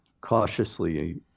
cautiously